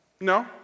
No